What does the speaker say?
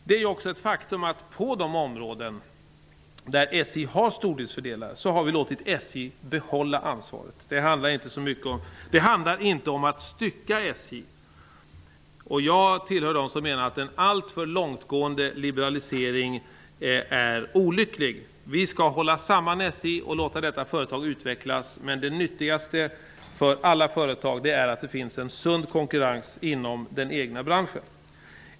Det är också ett faktum, att på de områden där SJ har stordriftsfördelar har SJ fått behålla ansvaret. Det handlar inte om att stycka SJ. Jag tillhör dem som menar att en alltför långtgående liberalisering är olycklig. SJ skall hållas samman och tillåtas utvecklas. Men det nyttigaste för alla företag är en sund konkurrens inom den egna branschen.